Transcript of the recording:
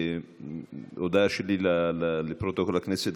הודעה שלי לפרוטוקול הכנסת,